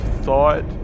thought